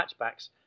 hatchbacks